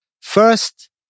First